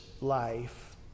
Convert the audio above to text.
life